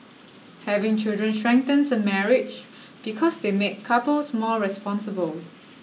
having children strengthens a marriage because they make couples more responsible